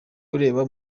ureba